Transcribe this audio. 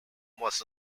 was